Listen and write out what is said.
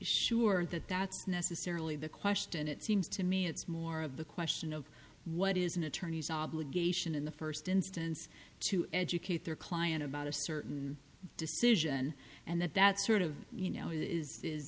sure that that's necessarily the question it seems to me it's more of the question of what is an attorney's obligation in the first instance to educate their client about a certain decision and that that sort of you know is